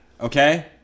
Okay